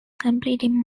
completing